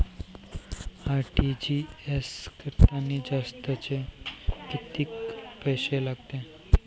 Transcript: RTGS करतांनी जास्तचे कितीक पैसे लागते?